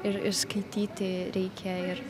ir ir skaityti reikėjo ir